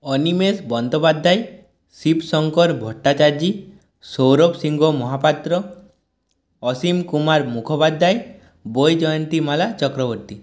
Animesh Bandyopadhyay Shibshankar Bhattacharya Sourav Singha Mahapatra Asim Kumar Mukhopadhyay Baijayantimala Chakraborty